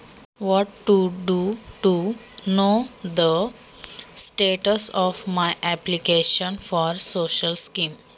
सामाजिक योजनेसाठी मी केलेल्या अर्जाची स्थिती जाणून घेण्यासाठी काय करावे?